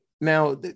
now